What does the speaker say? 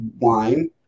wine